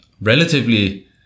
relatively